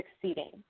succeeding